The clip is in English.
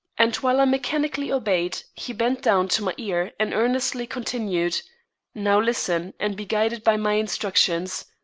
and while i mechanically obeyed, he bent down to my ear and earnestly continued now listen, and be guided by my instructions.